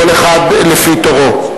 כל אחד לפי תורו.